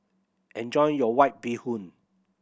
enjoy your White Bee Hoon